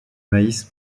maïs